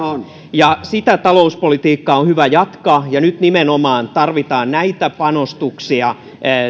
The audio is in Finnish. toimivan sitä talouspolitiikkaa on hyvä jatkaa ja nyt nimenomaan tarvitaan näitä panostuksia